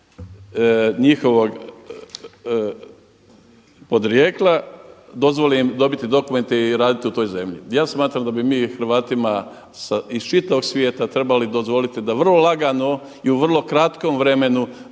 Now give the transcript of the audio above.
njihovog podrijetla dozvoli im dobiti dokumente i raditi u toj zemlji. Ja smatram da bi mi Hrvatima iz čitavog svijeta trebali dozvoliti da vrlo lagano i u vrlo kratkom vremenu